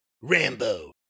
Rambo